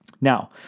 Now